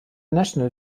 national